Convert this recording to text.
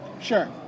Sure